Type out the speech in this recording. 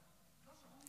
שלוש דקות לרשותך.